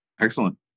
Excellent